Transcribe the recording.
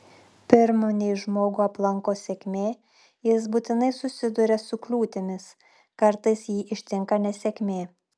pirm nei žmogų aplanko sėkmė jis būtinai susiduria su kliūtimis kartais jį ištinka nesėkmė